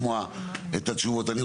להיות בהשוואה ל-OECD וזה על כל הרצף.